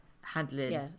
handling